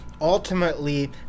ultimately